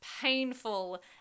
painful